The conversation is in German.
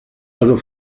also